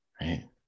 right